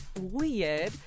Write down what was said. weird